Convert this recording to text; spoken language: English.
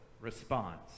response